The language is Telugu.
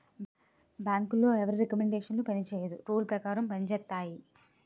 బ్యాంకులో ఎవరి రికమండేషన్ పనిచేయదు రూల్ పేకారం పంజేత్తాయి